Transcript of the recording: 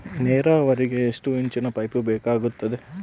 ನೇರಾವರಿಗೆ ಎಷ್ಟು ಇಂಚಿನ ಪೈಪ್ ಬೇಕಾಗುತ್ತದೆ?